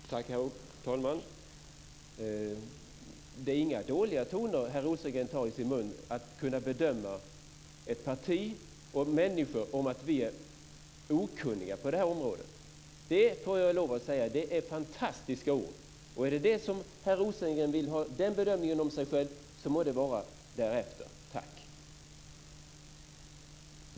Herr talman! Det är inga dåliga toner herr Rosengren tar i sin mun när han bedömer ett parti och människor som okunniga på det här området. Det, får jag lov att säga, är fantastiska ord. Är det den bedömningen Per Rosengren vill ha om sig själv må det vara därefter. Tack!